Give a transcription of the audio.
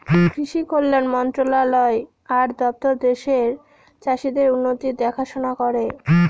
কৃষি কল্যাণ মন্ত্রণালয় আর দপ্তর দেশের চাষীদের উন্নতির দেখাশোনা করে